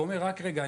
ואומר: רק רגע,